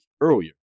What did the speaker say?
earlier